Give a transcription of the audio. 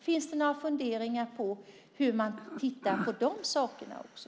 Finns det några funderingar på att titta på detta också?